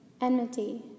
enmity